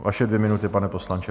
Vaše dvě minuty, pane poslanče.